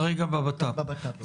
כרגע בבט"פ.